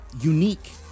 unique